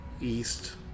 east